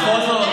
נכון מאוד.